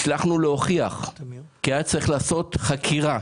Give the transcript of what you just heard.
הצלחנו להוכיח כי היה צריך לעשות חקירה,